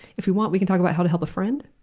if you want, we can talk about how to help a friend?